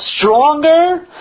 stronger